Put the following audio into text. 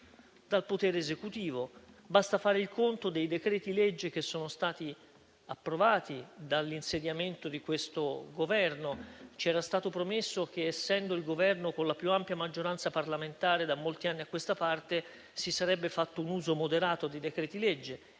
dal potere esecutivo. Basta fare il conto dei decreti-legge che sono stati approvati dall'insediamento di questo Governo. Ci era stato promesso che, essendo il Governo con la più ampia maggioranza parlamentare da molti anni a questa parte, si sarebbe fatto un uso moderato di decreti-legge.